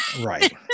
Right